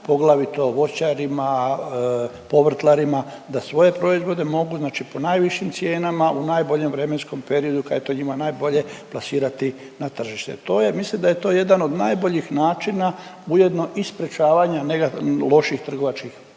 poglavito voćarima, povrtlarima da svoje proizvode mogu znači po najvišim cijenama u najboljem vremenskom periodu kad je to njima najbolje plasirati na tržište. To je, mislim da je to jedan od najboljih načina ujedno i sprječavanja loših trgovačkih